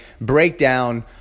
Breakdown